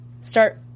start